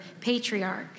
patriarch